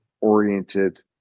oriented